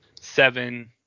seven